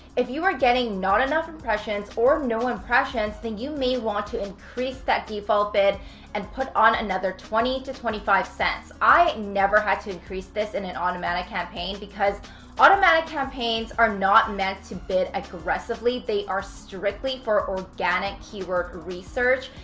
if you getting not enough impressions or no impressions then you may want to increase that default bid and put on another twenty to twenty five cents. i never had to increase this in an automatic campaign because automatic campaigns are not meant to bid ah aggressively. they are strictly for organic keyword research.